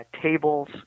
tables